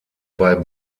bei